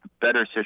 better